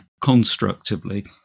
Constructively